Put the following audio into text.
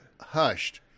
hushed